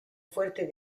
fuerte